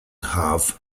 have